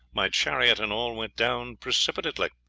my chariot and all went down precipitately.